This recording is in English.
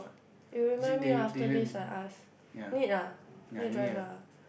you remind me after this I ask need ah need driver ah